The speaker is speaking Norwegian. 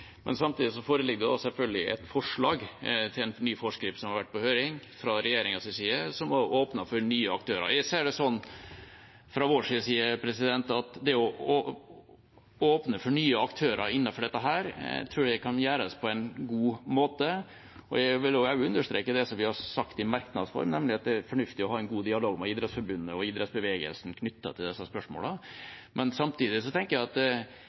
foreligger det selvfølgelig fra regjeringas side et forslag til en ny forskrift, som har vært på høring og åpnet for nye aktører. Fra vår side ser jeg det slik at det å åpne for nye aktører innenfor dette området tror jeg kan gjøres på en god måte. Jeg vil også understreke det vi har sagt i merknads form, nemlig at det er fornuftig å ha en god dialog med Idrettsforbundet og idrettsbevegelsen om disse spørsmålene. Samtidig tenker jeg at